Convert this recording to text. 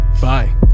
Bye